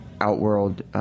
outworld